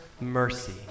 mercy